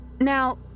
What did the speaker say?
Now